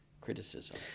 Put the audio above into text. criticism